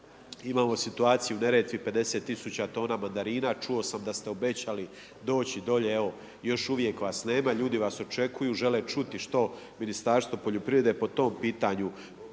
Imamo situaciju u Neretvi 50000 tona mandarina. Čuo sam da ste obećali doći dolje, evo, još uvijek vas nema, ljudi vas očekuju, žele čuti što Ministarstvo poljoprivrede po tom pitanju